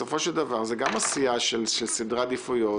בסופו של דבר זו גם עשייה של סדרי עדיפויות.